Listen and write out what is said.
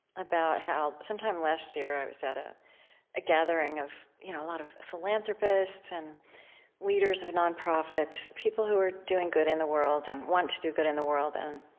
about how sometime last year, i was at a gathering of you know a lot of philanthropists and leaders of nonprofits, people who are doing good in the world and want to do good in the world, and